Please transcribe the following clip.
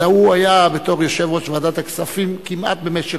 אלא הוא היה בתור יושב-ראש ועדת הכספים כמעט במשך